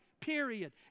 period